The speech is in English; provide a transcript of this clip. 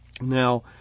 Now